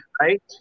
right